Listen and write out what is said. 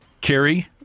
Kerry